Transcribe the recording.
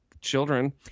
children